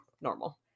normal